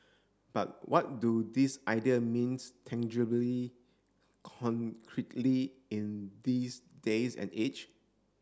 but what do these idea means tangibly concretely in this days and age